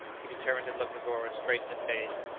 he determined to look negoro straight in the face,